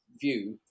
view